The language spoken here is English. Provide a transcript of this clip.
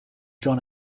john